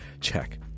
check